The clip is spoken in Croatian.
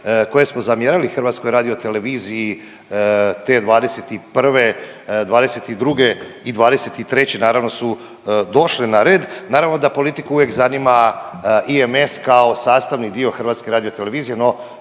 koje smo zamjerali HRT-u te '21., '22. i '23. naravno, su došle na red. Naravno da politiku uvijek zanima IMS kao sastavni dio Hrvatske radiotelevizije,